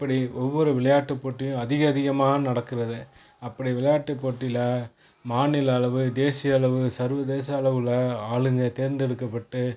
இப்படி ஒவ்வொரு விளையாட்டு போட்டியும் அதிக அதிகமாக நடக்கிறது அப்படி விளையாட்டு போட்டியில் மாநில அளவு தேசிய அளவு சர்வதேச அளவில் ஆளுங்க தேர்ந்தெடுக்கப்பட்டு